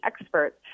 experts